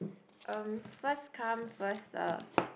um first come first serve